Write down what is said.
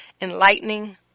enlightening